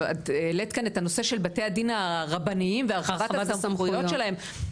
העלית כאן את הנושא של בתי הדין הרבניים והרחבת הסמכויות שלהם,